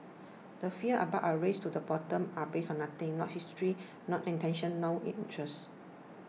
the fears about a race to the bottom are based on nothing not history not intention nor interest